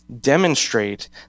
demonstrate